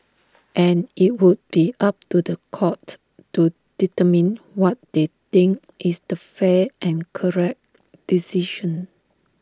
and IT would be up to The Court to determine what they think is the fair and correct decision